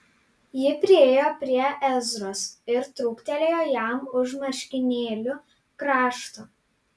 ji priėjo prie ezros ir truktelėjo jam už marškinėlių krašto